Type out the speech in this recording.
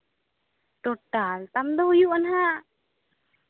total ᱛᱟᱢ ᱫᱚ ᱦᱩᱭᱩᱜᱼᱟ ᱱᱟᱦᱟᱸᱜ